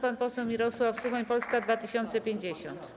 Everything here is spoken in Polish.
Pan poseł Mirosław Suchoń, Polska 2050.